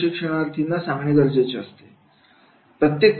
हे प्रशिक्षणार्थीना सांगणे गरजेचे असते